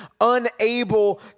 unable